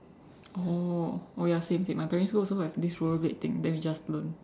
oh oh ya same same my primary school also have this rollerblade thing then we just learn